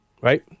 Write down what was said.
right